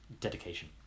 dedication